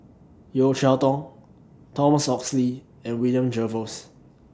Yeo Cheow Tong Thomas Oxley and William Jervois